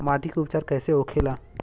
माटी के उपचार कैसे होखे ला?